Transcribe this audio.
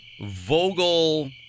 Vogel